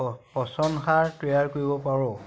পচন সাৰ তৈয়াৰ কৰিব পাৰোঁ